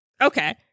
okay